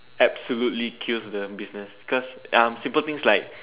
absolutely kills the business cause um simple things like